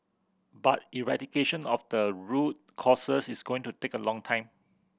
but eradication of the root causes is going to take a long time